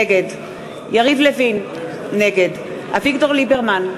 נגד יריב לוין, נגד אביגדור ליברמן,